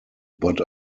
but